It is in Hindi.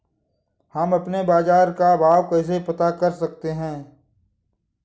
हम अपने बाजार का भाव कैसे पता कर सकते है?